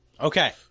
Okay